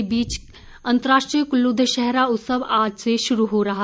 इस बीच अंतर्राष्ट्रीय कुल्लू दशहरा उत्सव आज से शुरू हो रहा